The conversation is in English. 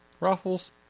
Ruffles